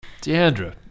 Deandra